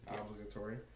obligatory